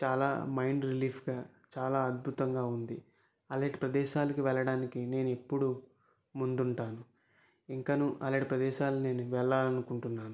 చాలా మైండ్ రిలీఫ్గా చాలా అద్భుతంగా ఉంది అలాంటి ప్రదేశాలకి వెళ్ళడానికి నేను ఎప్పుడూ ముందుంటాను ఇంకనూ అలాంటి ప్రదేశాలని నేను వెళ్ళాలి అనుకుంటున్నాను